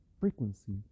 frequency